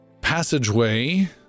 passageway